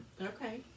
Okay